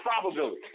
probability